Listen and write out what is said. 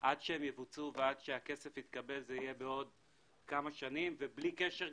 עד שהן יבוצעו ועד שהכסף יתקבל זה יהיה בעוד כמה שנים בלי קשר,